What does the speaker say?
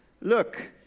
Look